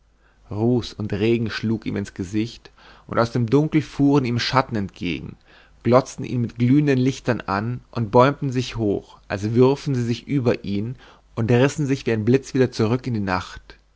ruß und regen schlug ihm ins gesicht und aus dem dunkel fuhren ihm schatten entgegen glotzten ihn mit glühenden lichtern an und bäumten sich hoch als würfen sie sich über ihn und rissen sich wie ein blitz wieder zurück in die nacht